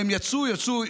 והם יצאו,